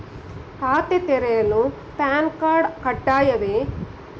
ಖಾತೆ ತೆರೆಯಲು PAN card ಕಡ್ಡಾಯವೇ?